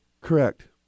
Correct